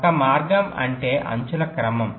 ఒక మార్గం అంటే అంచుల క్రమం